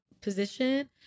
position